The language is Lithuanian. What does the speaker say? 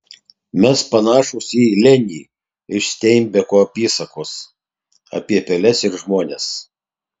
mes panašūs į lenį iš steinbeko apysakos apie peles ir žmones